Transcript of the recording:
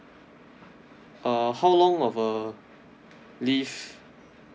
uh how long of a leave